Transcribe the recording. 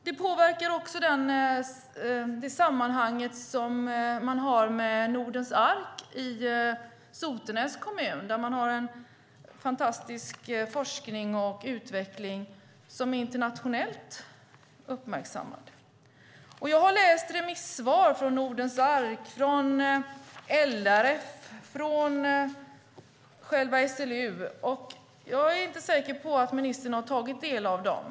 Det påverkar också det samarbete man har med Nordens Ark i Sotenäs kommun, där det finns en fantastisk forskning och utveckling som är internationellt uppmärksammad. Jag har läst remissvar från Nordens Ark, LRF och själva SLU, och jag är inte säker på att ministern har tagit del av dem.